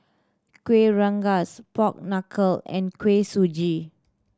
Kueh Rengas pork knuckle and Kuih Suji